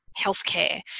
healthcare